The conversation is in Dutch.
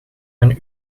een